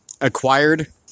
acquired